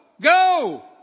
go